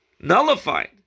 nullified